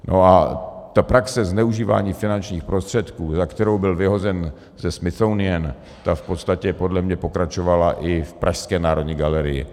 A ta praxe zneužívání finančních prostředků, za kterou byl vyhozen ze Smith and Union, ta v podstatě podle mě pokračovala i v pražské Národní galerii.